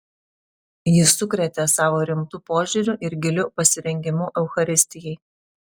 ji sukrėtė savo rimtu požiūriu ir giliu pasirengimu eucharistijai